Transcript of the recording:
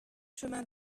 chemin